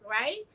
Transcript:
right